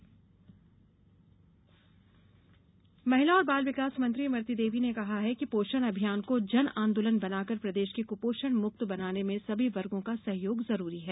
कुपोषण महिला और बाल विकास मंत्री इमरती देवी ने कहा है कि पोषण अभियान को जन आंदोलन बनाकर प्रदेश को कपोषण मुक्त बनाने में सभी वर्गो का सहयोग जरूरी है